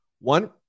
One